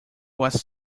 was